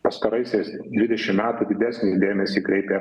pastaraisiais dvidešim metų didesnį dėmesį kreipė